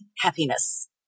happiness